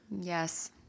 Yes